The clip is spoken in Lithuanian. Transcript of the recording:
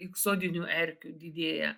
iksodinių erkių didėja